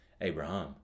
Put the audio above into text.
Abraham